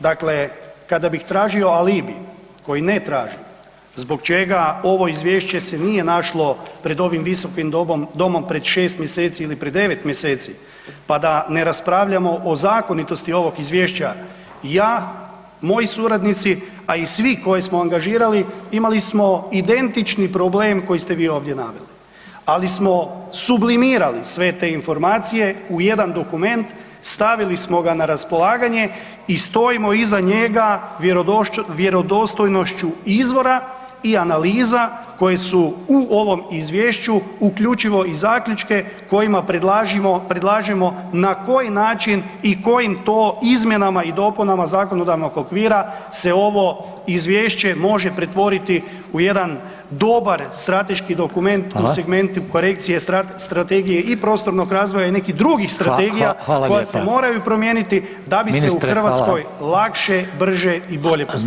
Dakle, kada bih tražio alibi koji ne tražim zbog čega ovo izvješće se nije našlo pred ovim visokim domom pred 6 mjeseci ili pred 9 mjeseci pa da ne raspravljamo o zakonitosti ovog izvješća, ja, moji suradnici, a i svi koje smo angažirali imali smo identični problem koji ste vi ovdje naveli, ali smo sublimirali sve te informacije u jedan dokument, stavili smo ga na raspolaganje i stojimo iza njega vjerodostojnošću izvora i analiza koje su u ovom izvješću, uključivo i zaključke kojima predlažemo na koji način i kojim to izmjenama i dopunama zakonodavnog okvira se ovo izvješće može pretvoriti u jedan dobar strateški dokument [[Upadica: Hvala.]] u segmentu korekcije strategije i prostornog razvoja i nekih drugih strategija [[Upadica: Hvala, hvala lijepa.]] koje se moraju promijeniti [[Upadica: Ministre, hvala.]] da bi se u Hrvatskoj lakše, brže i bolje postupalo.